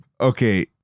Okay